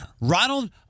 Ronald